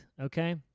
okay